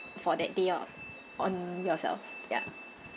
for that day on on yourself ya